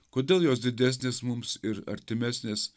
kodėl jos didesnės mums ir artimesnės